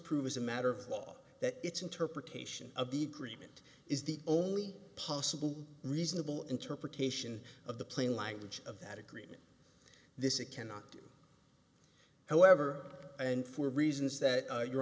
prove as a matter of law that its interpretation of the agreement is the only possible reasonable interpretation of the plain language of that agreement this it cannot however and for reasons that